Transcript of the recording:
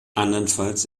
andernfalls